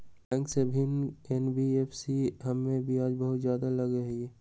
Bank से भिन्न हई एन.बी.एफ.सी इमे ब्याज बहुत ज्यादा लगहई?